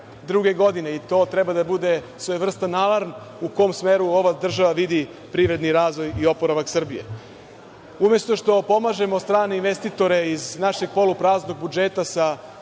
2002. godine i to treba da bude svojevrstan alarm u kom smeru ova država vidi privredni razvoj i oporavak Srbije. Umesto što pomažemo starane investitore iz polupraznog budžeta sa